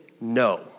no